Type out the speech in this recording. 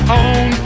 own